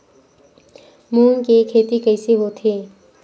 मूंग के खेती कइसे होथे?